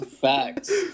facts